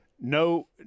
no